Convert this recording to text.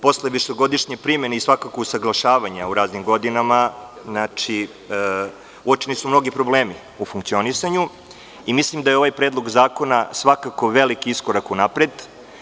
Posle višegodišnje primene i usaglašavanja u raznim godinama uočeni su mnogi problemi u funkcionisanju i mislim da je ovaj Predlog zakona svakako veliki iskorak unapred.